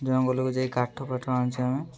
ଜଙ୍ଗଲକୁ ଯାଇ କାଠଫାଠ ଆଣିଛେ ଆମେ